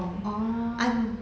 oh